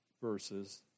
verses